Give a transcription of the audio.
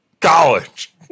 college